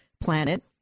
planet